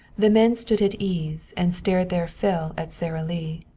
the men stood at ease, and stared their fill at sara lee.